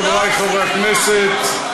חברי חברי הכנסת,